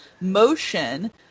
motion